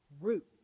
root